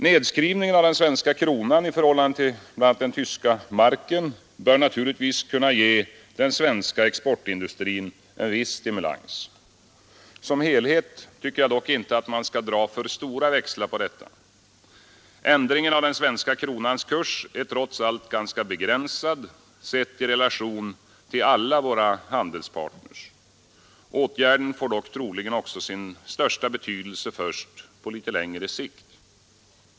Nedskrivningen av den svenska kronan i förhållande till bl.a. den tyska marken bör naturligtvis kunna ge den svenska exportindustrin en viss stimulans. Som helhet tycker jag dock inte att man skall dra för stora växlar på detta. Ändringen av den svenska kronans kurs är trots allt ganska begränsad sedd i relation till alla våra handelspartners. Åtgärden får dock troligen sin största betydelse först på litet längre sikt.